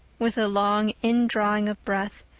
with a long indrawing of breath.